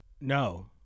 no